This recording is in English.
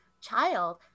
child